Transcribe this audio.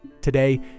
Today